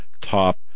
top